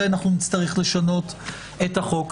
בזה אנחנו נצטרך לשנות את החוק.